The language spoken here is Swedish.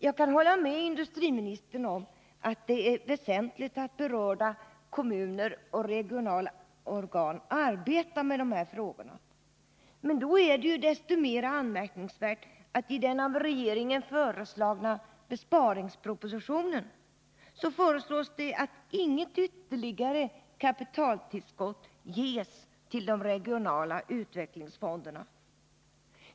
Jag kan hålla med industriministern om att det är väsentligt att berörda kommuner och regionala organ arbetar med de här frågorna, men då är det ju desto mera anmärkningsvärt att det i regeringens besparingsproposition föreslås att inget ytterligare kapitaltillskott ges till de regionala utvecklingsfonderna.